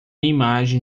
imagem